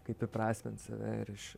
kaip įprasmint save ir iš